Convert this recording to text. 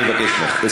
אני מבקש ממך.